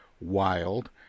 Wild